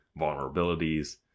vulnerabilities